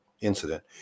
incident